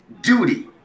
duty